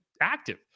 active